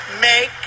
make